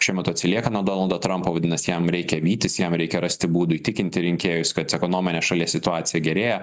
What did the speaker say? šiuo metu atsilieka nuo donaldo trampo vadinasi jam reikia vytis jam reikia rasti būdų įtikinti rinkėjus kad ekonominė šalies situacija gerėja